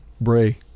Bray